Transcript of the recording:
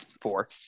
four